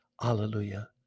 Hallelujah